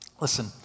Listen